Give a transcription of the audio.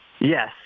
Yes